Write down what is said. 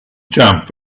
jump